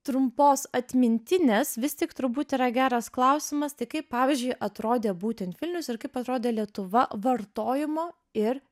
trumpos atmintinės vis tik turbūt yra geras klausimas tai kaip pavyzdžiui atrodė būtent vilnius ir kaip atrodė lietuva vartojimo ir